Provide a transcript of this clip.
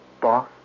boss